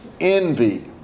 Envy